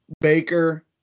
Baker